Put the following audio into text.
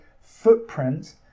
footprint